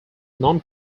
non